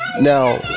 Now